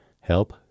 Help